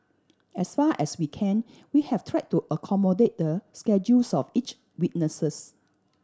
as far as we can we have tried to accommodate the schedules of each witness